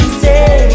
say